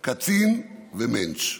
קצין ומענטש.